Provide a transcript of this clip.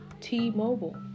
T-Mobile